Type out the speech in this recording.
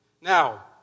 Now